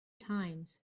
times